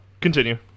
Continue